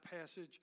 passage